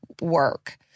work